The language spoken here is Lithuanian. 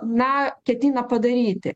na ketina padaryti